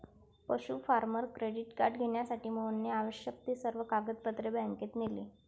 पशु farmer credit card घेण्यासाठी मोहनने आवश्यक ती सर्व कागदपत्रे बँकेत नेली